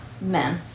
men